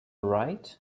right